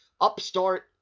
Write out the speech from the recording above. upstart